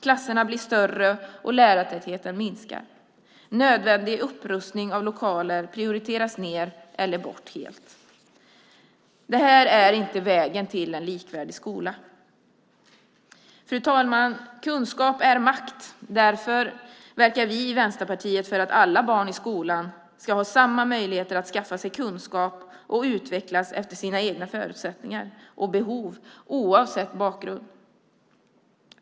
Klasserna blir större och lärartätheten minskar. Nödvändig upprustning av lokaler prioriteras ned eller bort. Detta är inte vägen till en likvärdig skola. Fru talman! Kunskap är makt. Därför verkar vi i Vänsterpartiet för att alla barn i skolan ska ha samma möjligheter att skaffa sig kunskap och utvecklas efter sina egna förutsättningar och behov oavsett bakgrund.